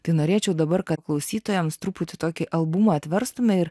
tai norėčiau dabar kad klausytojams truputį tokį albumą atverstume ir